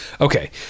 okay